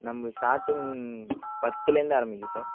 நம்ம ஸ்டார்டிங் பத்துலேருந்து ஆரமிக்குது சார்